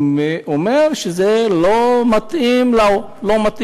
הוא אומר שזה לא מתאים לו.